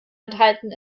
enthalten